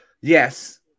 yes